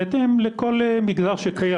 בהתאם לכל מגרר שקיים.